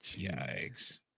Yikes